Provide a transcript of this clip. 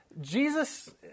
Jesus